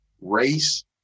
race